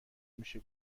میشه